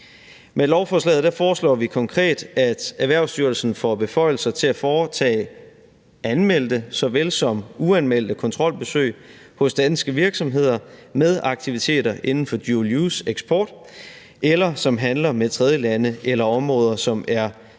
Med lovforslaget foreslår vi konkret, at Erhvervsstyrelsen får beføjelser til at foretage anmeldte såvel som uanmeldte kontrolbesøg hos danske virksomheder med aktiviteter inden for dual use-eksport, eller som handler med tredjelande eller områder, som er underlagt